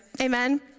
Amen